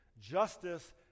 Justice